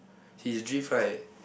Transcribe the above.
his drift right